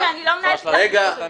לעמדת המשטרה?